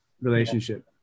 relationship